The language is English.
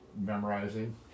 memorizing